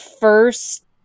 first